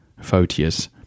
Photius